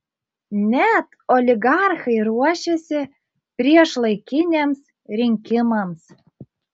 net oligarchai ruošiasi priešlaikiniams rinkimams